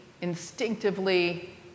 instinctively